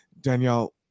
danielle